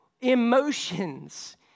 emotions